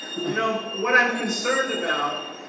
you know what i'm concerned about,